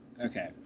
Okay